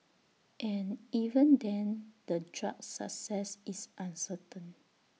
and even then the drug's success is uncertain